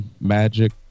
magic